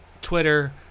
Twitter